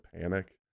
panic